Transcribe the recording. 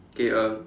K uh